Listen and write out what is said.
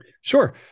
Sure